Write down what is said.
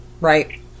Right